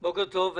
בוקר טוב.